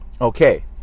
Okay